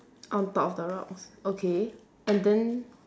on top of the rocks okay and then